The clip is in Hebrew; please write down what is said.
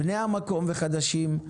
בני המקום וחדשים,